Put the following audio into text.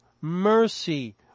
mercy